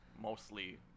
mostly